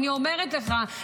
אני אומרת לך,